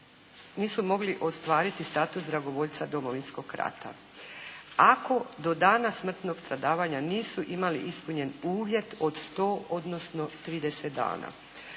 nisu mogli ostvariti status dragovoljca Domovinskog rata, ako do dana stradavanja nisu imali ispunjen uvjet od 100 odnosno 30 dana